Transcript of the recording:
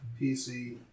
PC